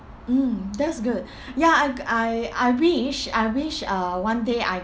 mm that's good ya I I I wish I wish uh one day I